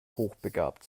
hochbegabt